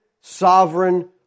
sovereign